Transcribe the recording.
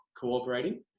cooperating